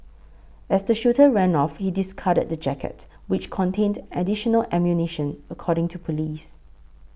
as the shooter ran off he discarded the jacket which contained additional ammunition according to police